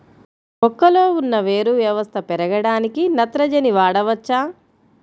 మొక్కలో ఉన్న వేరు వ్యవస్థ పెరగడానికి నత్రజని వాడవచ్చా?